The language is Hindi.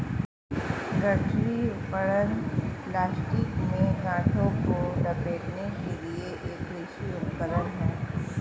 गठरी आवरण प्लास्टिक में गांठों को लपेटने के लिए एक कृषि उपकरण है